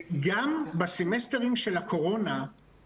וגם אם כבר חרצתם את דיננו לפני שלוש שעות.